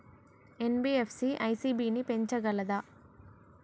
NBFC ECB ని పెంచగలదా?